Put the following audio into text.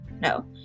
no